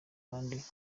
kandi